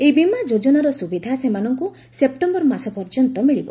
ଏହି ବୀମା ଯୋଜନାର ସୁବିଧା ସେମାନଙ୍କୁ ସେପ୍ଟେମ୍ବର ମାସ ପର୍ଯ୍ୟନ୍ତ ମିଳିବ